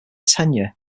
tenure